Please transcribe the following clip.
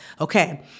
Okay